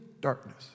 darkness